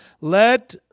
Let